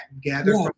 gather